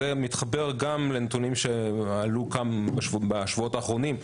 זה מתחבר גם לנתונים שעלו כאן בשבועות האחרונים,